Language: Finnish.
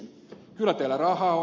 kyllä teillä rahaa on